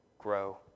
grow